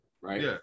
right